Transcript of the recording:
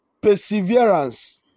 perseverance